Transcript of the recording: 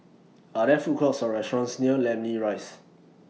Are There Food Courts Or restaurants near Namly Rise